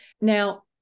Now